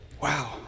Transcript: Wow